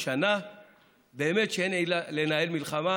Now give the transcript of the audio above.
השנה באמת שאין עילה לנהל מלחמה,